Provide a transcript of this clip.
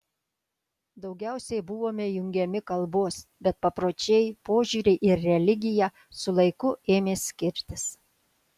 daugiausiai buvome jungiami kalbos bet papročiai požiūriai ir religija su laiku ėmė skirtis